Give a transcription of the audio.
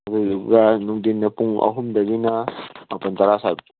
ꯑꯗꯨꯗꯨꯒ ꯅꯨꯡꯗꯤꯟꯅ ꯄꯨꯡ ꯑꯍꯨꯝꯗꯒꯤꯅ ꯃꯥꯄꯟ ꯇꯔꯥ ꯁ꯭ꯋꯥꯏ ꯐꯥꯎ